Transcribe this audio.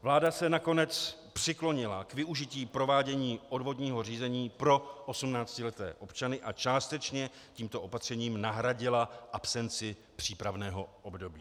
Vláda se nakonec přiklonila k využití provádění odvodního řízení pro 18leté občany a částečně tímto opatřením nahradila absenci přípravného období.